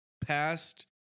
past